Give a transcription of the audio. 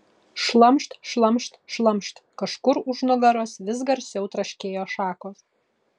šlamšt šlamšt šlamšt kažkur už nugaros vis garsiau traškėjo šakos